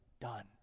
done